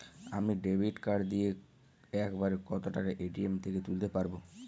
আমি debit card দিয়ে এক বারে কত টাকা এ.টি.এম থেকে তুলতে পারবো?